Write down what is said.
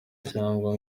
cyangwa